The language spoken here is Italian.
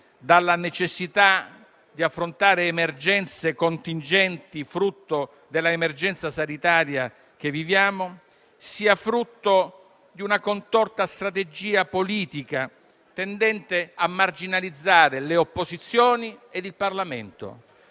dalla necessità di affrontare emergenze contingenti, frutto della emergenza sanitaria che viviamo, sia il risultato di una contorta strategia politica, tendente a marginalizzare le opposizioni e il Parlamento.